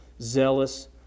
zealous